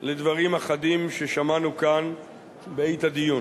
על דברים אחדים ששמענו כאן בעת הדיון.